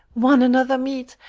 one another meet,